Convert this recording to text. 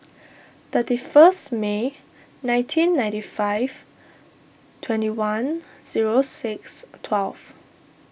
thirty first May nineteen ninety five twenty one zero six twelve